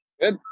Good